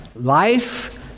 Life